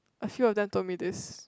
a few of them told me this